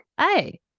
Hey